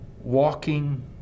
Walking